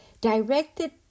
directed